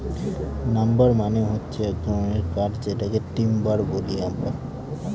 number মানে হচ্ছে এক ধরনের কাঠ যেটাকে টিম্বার বলি আমরা